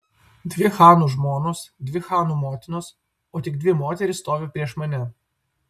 dvi chanų žmonos dvi chanų motinos o tik dvi moterys stovi prieš mane